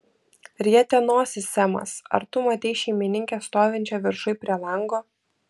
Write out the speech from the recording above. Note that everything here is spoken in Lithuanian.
rietė nosį semas ar tu matei šeimininkę stovinčią viršuj prie lango